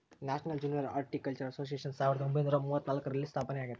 national junior horticultural association ಸಾವಿರದ ಒಂಬೈನುರ ಮೂವತ್ನಾಲ್ಕರಲ್ಲಿ ಸ್ಥಾಪನೆಯಾಗೆತೆ